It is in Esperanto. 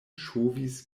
ŝovis